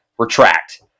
Retract